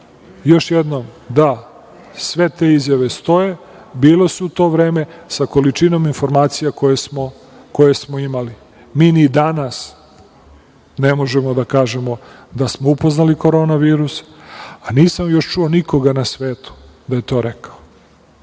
jednom - da, sve te izjave stoje, bile su u to vreme sa količinom informacija koje smo imali. Mi ni danas ne možemo da kažemo da smo upoznali korona virus, a nisam još čuo nikoga na svetu da je to rekao.